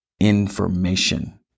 information